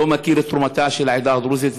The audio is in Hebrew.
לא מכיר את תרומתה של העדה הדרוזית,